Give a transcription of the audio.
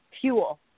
fuel